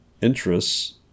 interests